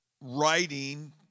writing